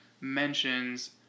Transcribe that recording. mentions